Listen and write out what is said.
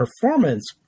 performance